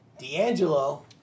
D'Angelo